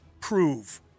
prove